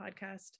podcast